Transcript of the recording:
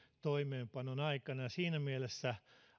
toimeenpanon aikana ja siinä mielessä